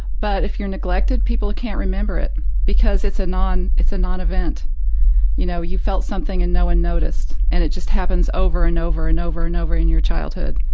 but if you're neglected people can't remember it because it's a non it's a non-event, you know, you felt something and no one noticed, and it just happens over and over and over and over in your childhood.